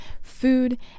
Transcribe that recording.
food